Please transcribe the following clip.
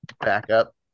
backup